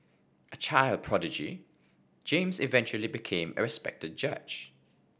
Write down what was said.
a child prodigy James eventually became a respected judge